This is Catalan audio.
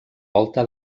volta